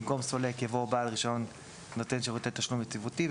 במקום "סולק" יבוא "בעל רישיון נותן שירותי תשלום יציבותי".